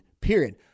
period